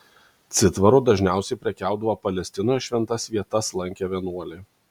citvaru dažniausiai prekiaudavo palestinoje šventas vietas lankę vienuoliai